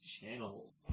channel